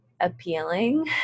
appealing